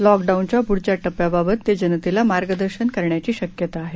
लॉकडाऊनच्या पुढच्या टप्प्याबाबत ते जनतेला मार्गदर्शन करण्याची शक्यता आहे